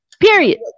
period